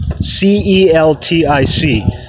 C-E-L-T-I-C